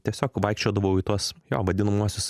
tiesiog vaikščiodavau į tuos jo vadinamuosius